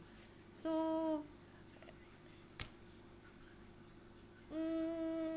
so mm